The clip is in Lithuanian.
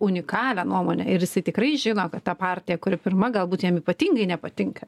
unikalią nuomonę ir jisai tikrai žino kad ta partija kuri pirma galbūt jam ypatingai nepatinka